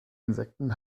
insekten